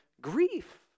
grief